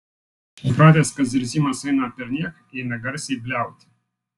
supratęs kad zirzimas eina perniek ėmė garsiai bliauti